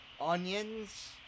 onions